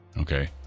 Okay